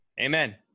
Amen